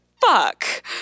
fuck